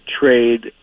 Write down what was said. trade